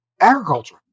agriculture